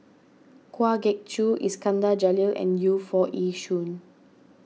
Kwa Geok Choo Iskandar Jalil and Yu Foo Yee Shoon